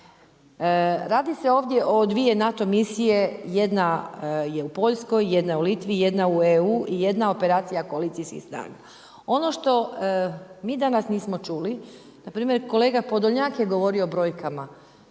Radi se ovdje o dvije NATO misije. Jedna je u Poljskoj, jedna je u Litvi, jedna u EU i jedna operacija koalicijskih snaga. Ono što mi danas nismo čuli. Na primjer kolega Podolnjak je govorio o brojkama